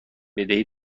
بدهی